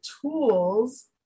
tools